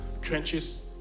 trenches